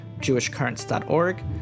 jewishcurrents.org